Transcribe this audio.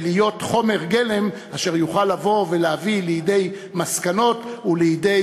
חומר גלם אשר יוכל לבוא ולהביא לידי מסקנות ולידי